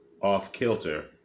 off-kilter